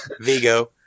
Vigo